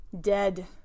dead